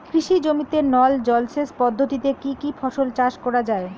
কৃষি জমিতে নল জলসেচ পদ্ধতিতে কী কী ফসল চাষ করা য়ায়?